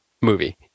movie